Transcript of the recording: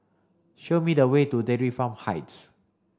show me the way to Dairy Farm Heights